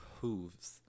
hooves